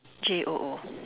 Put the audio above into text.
J o o